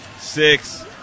six